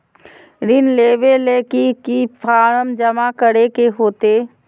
ऋण लेबे ले की की फॉर्म जमा करे होते?